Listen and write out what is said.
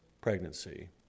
pregnancy